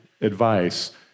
advice